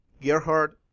Gerhard